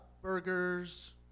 burgers